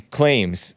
claims